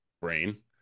brain